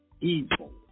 evil